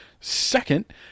Second